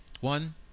one